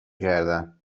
کردن